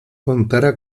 contará